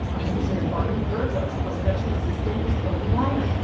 our producer is barton girdwood. our production assistant is chloe weiner.